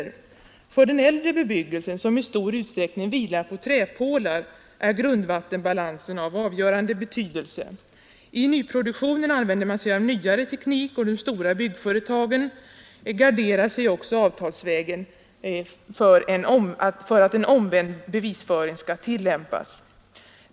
För den äldre 15 februari 1973 bebyggelsen, som i stor utsträckning vilar på träpålar, är grundvattenbalansen av avgörande betydelse. I nyproduktionen använder man sig av nyare teknik, och de stora byggföretagen är också förtänksamma nog att avtalsvägen gardera sig så att en omvänd bevisföring skall tillämpas.